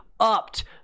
upped